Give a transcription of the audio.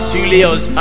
Julius